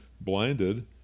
blinded